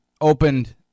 opened